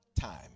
time